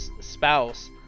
spouse